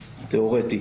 תיאורטי,